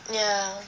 ya